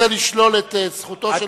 האם אדוני רוצה לשלול את זכותו של השר לדבר?